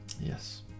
Yes